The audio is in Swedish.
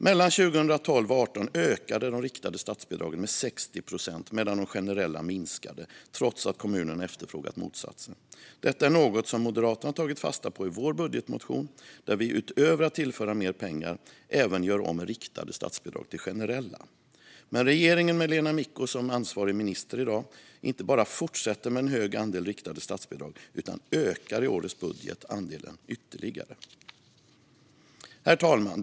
Mellan 2012 och 2018 ökade de riktade statsbidragen med 60 procent medan de generella minskade, trots att kommunerna efterfrågat motsatsen. Detta är något vi moderater har tagit fasta på i vår budgetmotion där vi utöver att tillföra mer pengar även gör om riktade statsbidrag till generella. Men regeringen, med Lena Micko som ansvarig minister, inte bara fortsätter med en stor andel riktade statsbidrag utan ökar i årets budget andelen ytterligare. Herr talman!